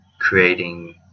creating